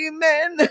Amen